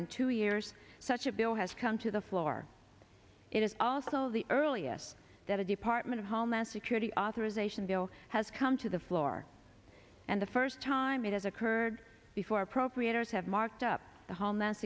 in two years such a bill has come to the floor it is also the earliest that a department of homeland security authorization bill has come to the floor and the first time it has occurred before appropriators have marked up the homeland